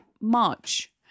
March